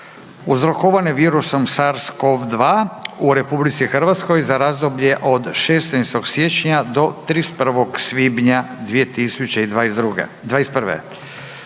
uzrokovane virusom SARS-COV-2 u RH za razdoblje od 16. siječnja do 31. svibnja 2021.